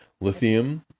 lithium